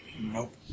Nope